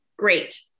great